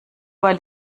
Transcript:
weil